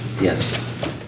Yes